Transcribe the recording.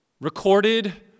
recorded